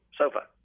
sofa